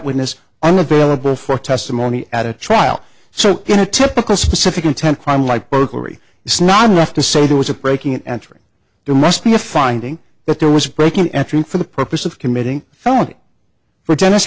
witness unavailable for testimony at a trial so in a typical specific intent crime like burglary it's not enough to say there was a breaking and entering there must be a finding that there was breaking after him for the purpose of committing a felony for tennis